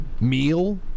meal